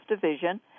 Division